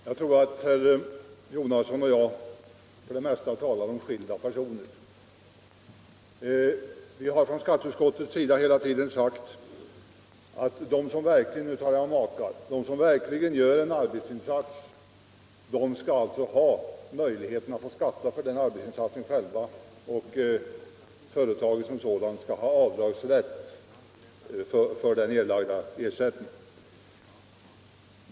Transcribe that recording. Herr talman! Jag tror att herr Jonasson och jag för det mesta talar om helt olika personer. Från skatteutskottets sida har vi hela tiden sagt att de som verkligen — nu talar jag om makar — gör en arbetsinsats skall ha möjlighet att skatta för den arbetsinsatsen själva, och företaget som sådant skall ha avdragsrätt för den erlagda ersättningen.